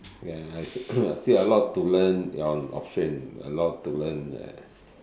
ya I I still a lot to learn on auction a lot to learn ya